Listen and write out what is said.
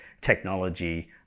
technology